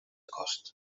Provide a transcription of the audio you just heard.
cost